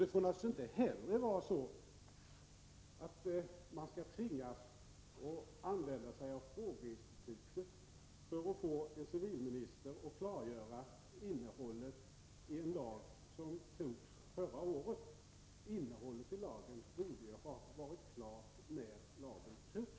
Det får naturligtvis heller inte vara så att man skall tvingas använda frågeinstitutet för att få en civilminister att klargöra innehållet i en lag som antogs förra året. Innehållet i lagen borde ha varit klart när lagen antogs.